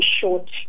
short